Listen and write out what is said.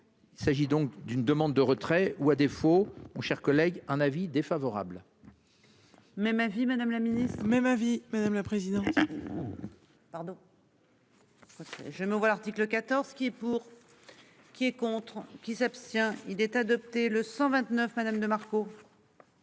S'agit donc d'une demande de retrait ou à défaut on chers collègues un avis défavorable. Même avis Madame la Ministre même avis madame la présidente. Pardon. Je me vois l'article 14 qui est pour. Qui est contre qui s'abstient il est adopté, le 129 Madame de Marco.